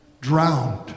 drowned